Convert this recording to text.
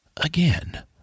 Again